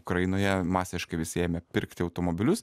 ukrainoje masiškai visi ėmė pirkti automobilius